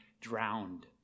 drowned